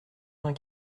vingt